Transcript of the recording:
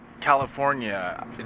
California